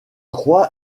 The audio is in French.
croix